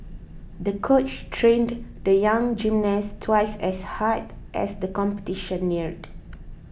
the coach trained the young gymnast twice as hard as the competition neared